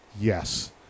Yes